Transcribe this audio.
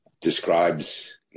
describes